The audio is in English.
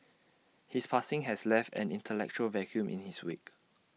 his passing has left an intellectual vacuum in his wake